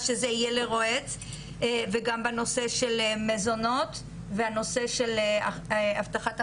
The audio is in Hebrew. אז שזה יהיה לרועץ וגם בנושא של מזונות והנושא של הבטחת הכנסה,